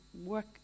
work